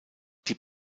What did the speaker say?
die